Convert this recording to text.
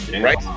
right